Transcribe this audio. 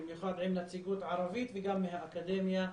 במיוחד עם נציגוּת ערבית וגם מהאקדמיה,